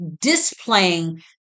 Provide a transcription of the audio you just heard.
displaying